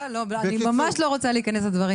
אני ממש לא רוצה להיכנס לדברים